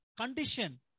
condition